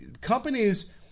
companies